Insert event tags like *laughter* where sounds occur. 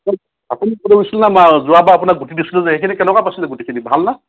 *unintelligible* আপুনি কৈছিল না যোৱাবাৰ আপোনাক গুটি দিছিলো যে সেইখিনি কেনেকুৱা পাইছিলে গুটিখিনি ভাল না